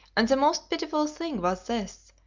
and the most pitiful thing was this,